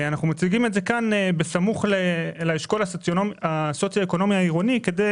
אנחנו מציגים את זה כאן בסמוך לאשכול הסוציו-אקונומי העירוני כדי